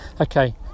okay